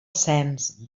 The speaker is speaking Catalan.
cens